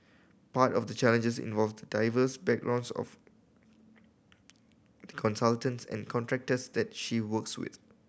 part of the challenges involved the diverse backgrounds of the consultants and contractors that she works with